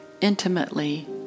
intimately